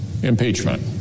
impeachment